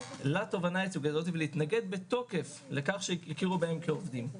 לתובענה הייצוגית הזו ולהתנגד בתוקף לכך שיכירו בהם כעובדים.